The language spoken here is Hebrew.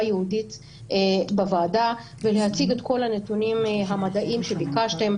ייעודית בוועדה ולהציג את כל הנתונים המדעיים שביקשתם,